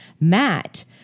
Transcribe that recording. Matt